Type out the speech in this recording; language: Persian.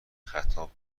خطاب